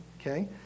Okay